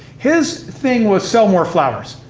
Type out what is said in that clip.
his thing was sell more flowers.